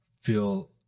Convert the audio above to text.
feel